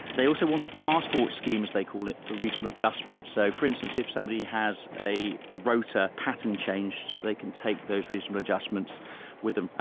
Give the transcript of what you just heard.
they also want to passport scheme, as they call it, for reasonable adjustments. so for instance, if somebody has a rota pattern change, that they can take those reasonable adjustments with them.